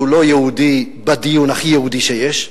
שהוא לא יהודי, בדיון הכי יהודי שיש,